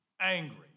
angry